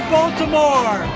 Baltimore